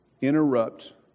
interrupt